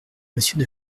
monsieur